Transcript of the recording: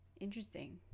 Interesting